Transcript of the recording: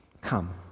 come